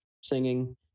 singing